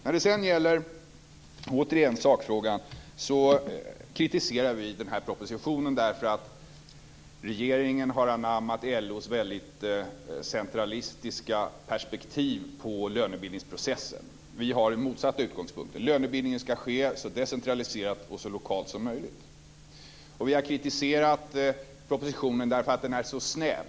När det sedan återigen gäller sakfrågan kritiserar vi den här propositionen därför att regeringen har anammat LO:s väldigt centralistiska perspektiv på lönebildningsprocessen. Vi har en motsatt utgångspunkt. Lönebildningen ska ske så decentraliserat och så lokalt som möjligt. Vi har också kritiserat propositionen därför att den är så snäv.